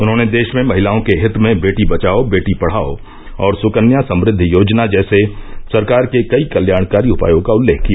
उन्होंने देश में महिलाओं के हित में बेटी बचाओ बेटी पढ़ाओ और सुकन्या समृद्धि योजना जैसे सरकार के कई कल्याणकारी उपायों का उल्लेख किया